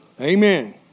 Amen